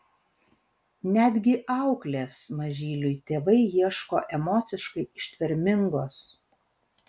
netgi auklės mažyliui tėvai ieško emociškai ištvermingos